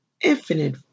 infinite